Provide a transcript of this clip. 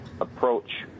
approach